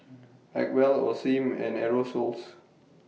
Acwell Osim and Aerosoles